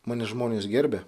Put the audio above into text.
mane žmonės gerbia